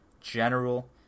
general